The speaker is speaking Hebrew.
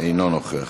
אינו נוכח,